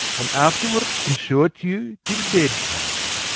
and afterward consort you till bed time.